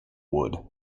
wood